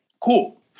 Cool